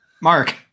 Mark